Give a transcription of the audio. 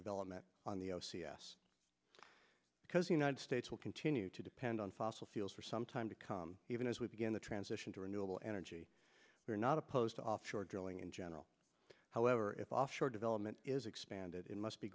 development on the o c s because the united states will continue to depend on fossil fuels for some time to come even as we begin the transition to renewable energy we are not opposed to offshore drilling in general however if offshore development is expanded it must be